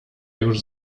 już